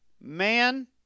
man